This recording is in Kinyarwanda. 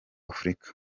afurika